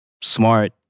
Smart